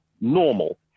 normal